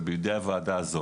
ובידי הוועדה הזאת.